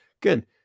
good